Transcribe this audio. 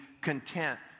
content